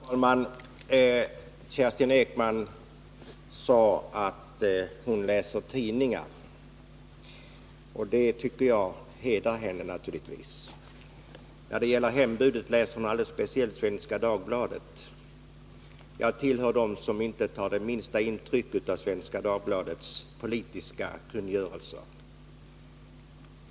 Herr talman! Kerstin Ekman sade att hon läser tidningar. Det hedrar henne naturligtvis. När det gäller hembudsskyldigheten läser hon speciellt Svenska Dagbladet. Jag tillhör dem som inte tar minsta intryck av Svenska Dagbladets politiska kungörelser.